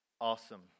awesome